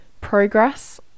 progress